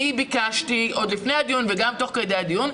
אני ביקשתי עוד לפני הדיון וגם תוך כדי הדיון,